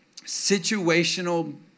Situational